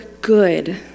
good